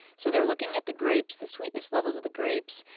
so they're looking at the grapes, the sweetness levels of the grapes,